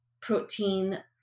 protein